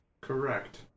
Correct